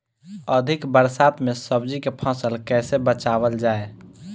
अधिक बरसात में सब्जी के फसल कैसे बचावल जाय?